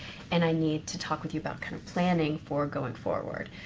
and i need to talk with you about kind of planning for going forward.